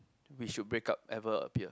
we should break up ever appear